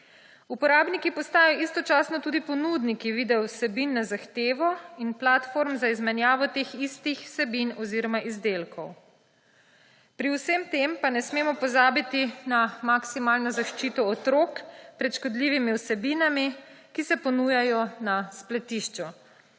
Uporabniki postajajo istočasno tudi ponudniki videovsebin na zahtevo in platform za izmenjavo teh istih vsebin oziroma izdelkov. Pri vsem tem pa ne smemo pozabiti na maksimalno zaščito otrok pred škodljivimi vsebinami, ki se ponujajo na spletišču.